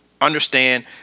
Understand